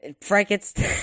frankenstein